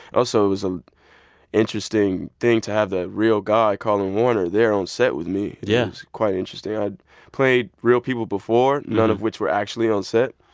also, it was an interesting thing to have the real guy, colin warner, there on set with me yeah it was quite interesting. i had played real people before, none of which were actually on set.